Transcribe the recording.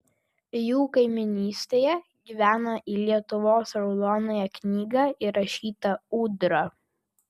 jų kaimynystėje gyvena į lietuvos raudonąją knygą įrašyta ūdra